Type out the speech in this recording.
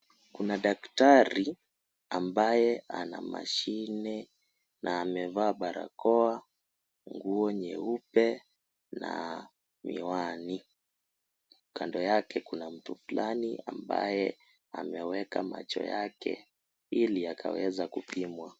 Kuna daktari ambaye anamashine na amevaa barakoa, nguo nyeupe na miwani, kando yake kuna mtu fulani ambaye ameweka macho yake iliakaweza kupimwa.